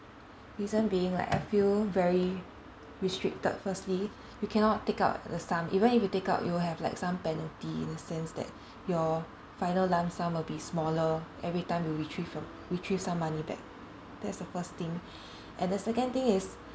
reason being like I feel very restricted firstly we cannot take out the sum even if you take out you'll have some penalty in a sense that your final lump sum will be smaller every time you retrieve from retrieve some money back that's the first thing and the second thing is